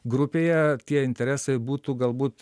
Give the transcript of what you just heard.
grupėje tie interesai būtų galbūt